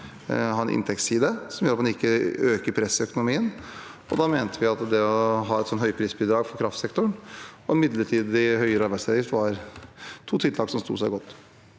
ha en inntektsside som gjør at man ikke øker presset i økonomien, og da mente vi at det å ha et høyprisbidrag for kraftsektoren og midlertidig høyere arbeidsgiveravgift var to tiltak som sto seg godt.